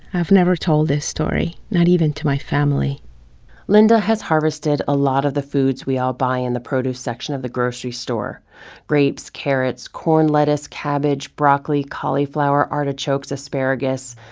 i've never told this story, not even to my family. voiceover linda has harvested a lot of the foods we all buy in the produce section of the grocery store grapes, carrots, corn, lettuce, cabbage, broccoli, cauliflower, artichokes, asparagus.